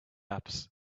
apps